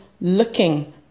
looking